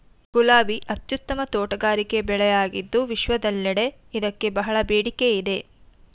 ಗುಲಾಬಿ ಅತ್ಯುತ್ತಮ ತೋಟಗಾರಿಕೆ ಬೆಳೆಯಾಗಿದ್ದು ವಿಶ್ವದೆಲ್ಲೆಡೆ ಇದಕ್ಕೆ ಬಹಳ ಬೇಡಿಕೆ ಇದೆ